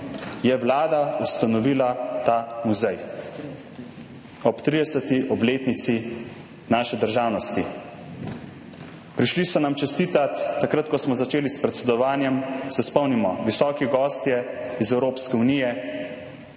je Vlada ustanovila ta muzej, ob 30. obletnici naše državnosti. Prišli so nam čestitat, takrat ko smo začeli s predsedovanjem, se spomnimo, visoki gostje iz Evropske unije,